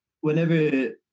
whenever